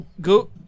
go